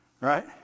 right